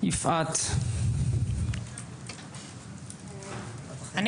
לא תכננתי לדבר מראש אבל איך שהגעתי ושמעתי